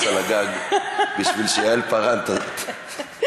על הגג בשביל שיעל פארן תפסיק לנאום.